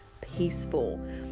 peaceful